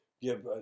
give